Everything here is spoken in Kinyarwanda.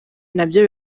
nabyo